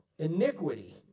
Iniquity